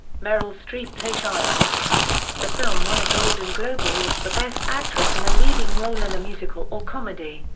meryl streep played child the film won a golden globe award for best actress in a leading role in a musical or comedy.